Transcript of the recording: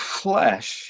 flesh